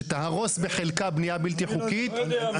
שתהרוס בחלקה בנייה בלתי חוקית,